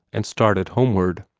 and started homeward.